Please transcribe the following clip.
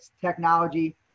technology